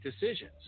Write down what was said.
decisions